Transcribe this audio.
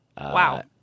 wow